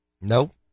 No